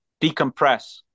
Decompress